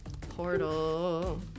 portal